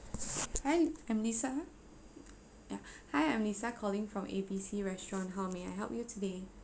hi I'm lisa yeah hi I'm lisa calling from A B C restaurant how may I help you today